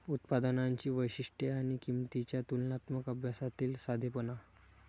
उत्पादनांची वैशिष्ट्ये आणि किंमतींच्या तुलनात्मक अभ्यासातील साधेपणा